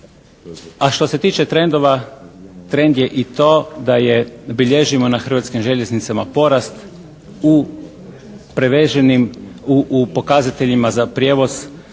A što se tiče trendova trend je i to da je, bilježimo na Hrvatskim željeznicama porast u preveženim, u pokazateljima za prijevoz